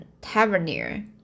tavernier